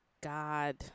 God